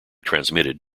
transmitted